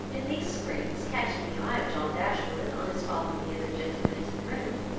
and these screens, catching the eye of john dashwood on his following the other gentlemen into the room,